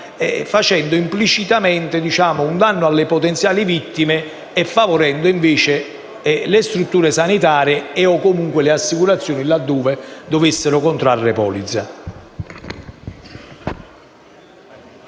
facendo implicitamente un danno alle potenziali vittime e favorendo - invece - le strutture sanitarie o le assicurazioni laddove dovessero contrarre polizza.